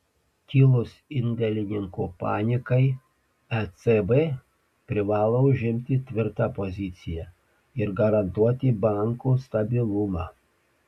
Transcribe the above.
kilus indėlininkų panikai ecb privalo užimti tvirtą poziciją ir garantuoti bankų stabilumą